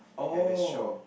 at the shore